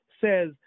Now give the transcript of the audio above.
says